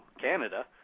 canada